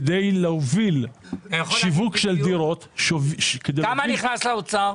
כדי להוביל שיווק של דירות --- כמה נכנס לאוצר?